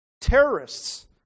Terrorists